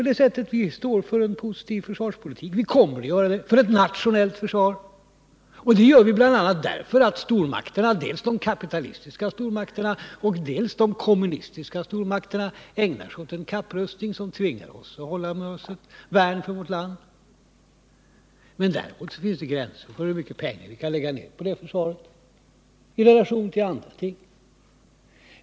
Vi står alltså för en positiv försvarsvilja, och vi kommer att göra det. Vi håller på ett nationellt försvar, och det gör vi bl.a. därför att stormakterna — dels de kapitalistiska, dels de kommunistiska — ägnar sig åt en kapprustning som tvingar oss att hålla oss med ett värn för vårt land. Däremot finns det gränser för hur mycket pengar vi kan lägga ner på försvaret i relation till andra ting.